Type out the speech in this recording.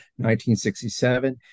1967